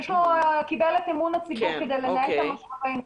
הוא קיבל את אמון הציבור כדי לנהל את הרשות.